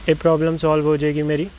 ਇਹ problem solve ਹੋ ਜਾਵੇਗੀ ਮੇਰੀ